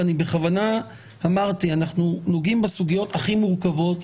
אני בכוונה אמרתי שאנחנו נוגעים בסוגיות הכי מורכבות.